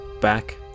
back